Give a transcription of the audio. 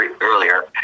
earlier